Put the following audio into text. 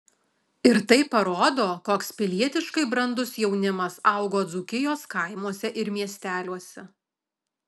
ir tai parodo koks pilietiškai brandus jaunimas augo dzūkijos kaimuose ir miesteliuose